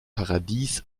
paradies